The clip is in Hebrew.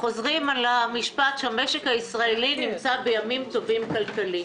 חוזרים על המשפט שהמשק הישראלי נמצא בימים טובים כלכלית.